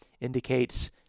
indicates